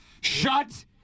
SHUT